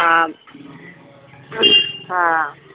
आहँ